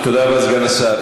תודה רבה לסגן השר.